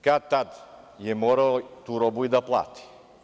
Kad tad je morao tu robu i da plati.